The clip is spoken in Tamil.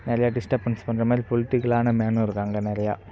நிறையா டிஸ்ட்ரப்பன்ஸ் பண்ணுற மாதிரி பொலிட்டிக்கலான மேனும் இருக்காங்க நிறையா